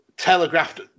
Telegraphed